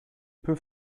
peu